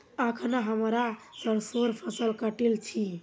अखना हमरा सरसोंर फसल काटील छि